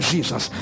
Jesus